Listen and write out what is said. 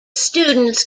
students